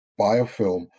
biofilm